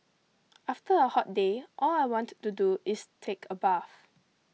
after a hot day all I want to do is take a bath